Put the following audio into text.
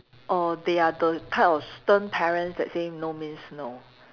err they are the type of stern parents that say no means no